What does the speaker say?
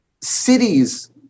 Cities